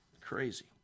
Crazy